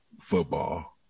football